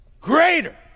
Greater